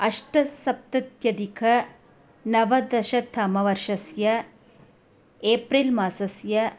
अष्टसप्तत्यधिकनवदशतमवर्षस्य April मासस्य